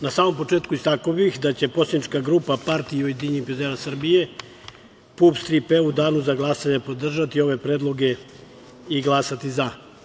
Na samom početku, istakao bih da će poslanička grupa Partija ujedinjenih penzionera Srbije PUPS – „Tri P“ u danu za glasanje podržati ove predloge i glasati „za“